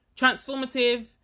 Transformative